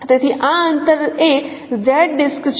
તેથી આ અંતર એ Z ડિસ્ક છે